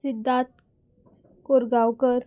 Siddharth Korgaonkar